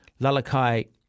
Lalakai